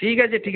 ঠিক আছে ঠিক